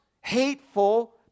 hateful